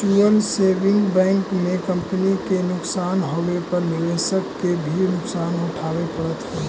mutual saving bank में company के नुकसान होवे पर निवेशक के भी नुकसान उठावे पड़ऽ हइ